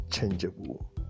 unchangeable